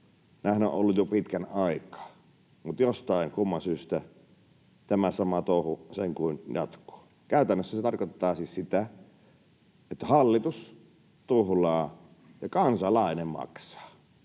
näinhän on ollut jo pitkän aikaa, mutta jostain kumman syystä tämä sama touhu sen kun jatkuu. Käytännössä se tarkoittaa siis sitä, että hallitus tuhlaa ja kansalainen maksaa.